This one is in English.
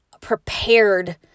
prepared